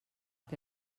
que